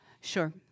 Sure